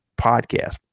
podcast